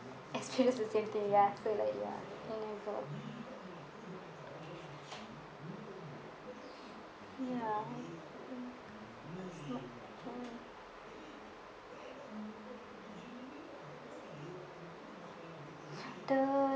experience the same thing ya so like ya ya the